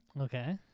Okay